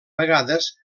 vegades